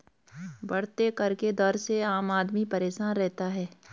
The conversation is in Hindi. बढ़ते कर के दर से आम आदमी परेशान रहता है